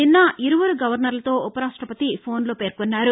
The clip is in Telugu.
నిన్న ఇరువురు గవర్నర్లకో ఉపరాష్టపతి ఫోన్లో పేర్కొన్నారు